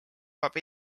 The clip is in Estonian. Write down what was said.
lubab